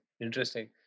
interesting